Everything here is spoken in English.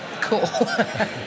cool